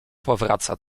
powraca